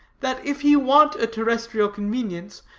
that if he want a terrestrial convenience,